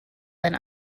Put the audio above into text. than